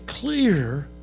clear